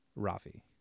Rafi